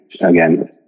Again